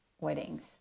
weddings